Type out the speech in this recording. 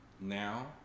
now